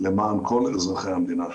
למען כל אזרחי המדינה שלנו.